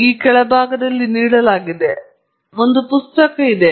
ಇಲ್ಲಿನ ಬೆಳೆ ಇಲ್ಲದ ಇನ್ನೊಂದು ಪ್ರಶ್ನೆಯು ಮಾಡೆಲಿಂಗ್ ಕ್ಷೇತ್ರವಾಗಿದೆ